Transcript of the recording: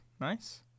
Nice